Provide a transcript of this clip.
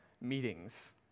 meetings